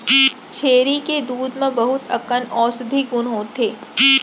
छेरी के दूद म बहुत अकन औसधी गुन होथे